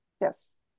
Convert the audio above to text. Yes